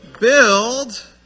Build